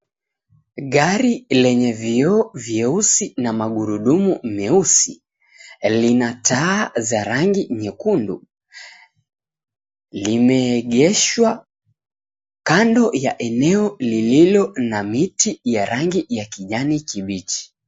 Gari lenye vioo vyeusi na magurudumu meusi lina taa za rangi nyekundu. Limeegeshwa kando ya eneo lililo na miti ya rangi ya kijani kibichi.